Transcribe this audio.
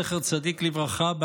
זכר צדיק לברכה,